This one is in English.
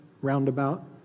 roundabout